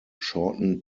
shortened